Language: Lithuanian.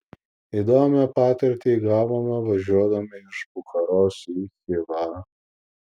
įdomią patirtį įgavome važiuodami iš bucharos į chivą